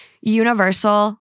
universal